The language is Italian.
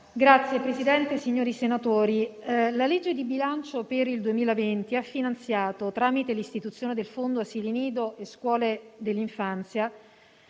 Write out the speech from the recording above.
Signor Presidente, onorevoli senatori, la legge di bilancio per il 2020 ha finanziato, tramite l'istituzione del Fondo asili nido e scuole dell'infanzia,